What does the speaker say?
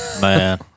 Man